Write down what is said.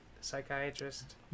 psychiatrist